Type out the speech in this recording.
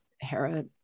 Hera